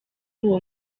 uwo